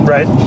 Right